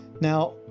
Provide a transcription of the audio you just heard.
Now